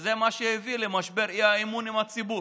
וזה מה שהביא למשבר האי-אמון עם הציבור.